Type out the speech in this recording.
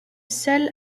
sel